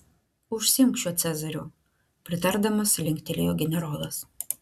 užsiimk šiuo cezariu pritardamas linktelėjo generolas